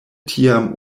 tiam